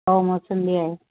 हो मोसंबी आहे